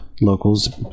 locals